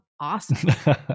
awesome